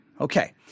Okay